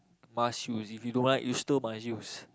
must use if you don't like you still must use